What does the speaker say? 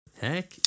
Heck